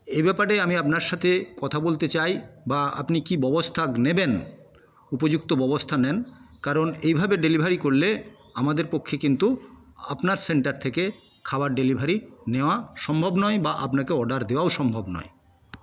এই ব্যাপারে আমি আপনার সাথে কথা বলতে চাই বা আপনি কি ব্যবস্থা নেবেন উপযুক্ত ব্যবস্থা নেন কারণ এভাবে ডেলিভারি করলে আমাদের পক্ষে কিন্তু আপনার সেন্টার থেকে খাবার ডেলিভারি নেওয়া সম্ভব নয় বা আপনাকে অর্ডার দেওয়াও সম্ভব নয়